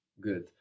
Good